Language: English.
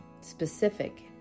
specific